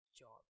job